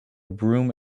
broom